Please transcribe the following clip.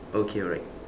okay alright